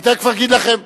אני תיכף אגיד לכם.